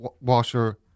washer